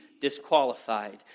disqualified